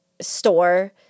store